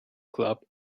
club